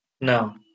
No